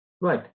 Right